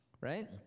right